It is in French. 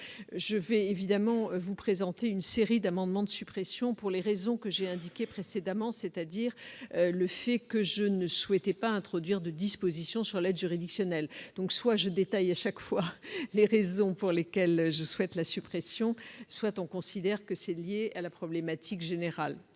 Je vais évidemment vous présenter une série d'amendements de suppression pour les raisons que j'ai indiquées précédemment, à savoir que je ne souhaite pas introduire de dispositions sur l'aide juridictionnelle. Soit je détaille à chaque fois les raisons pour lesquelles je souhaite la suppression, soit on considère que ma position est liée à la problématique générale,